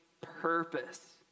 purpose